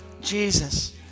jesus